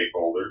stakeholders